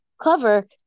cover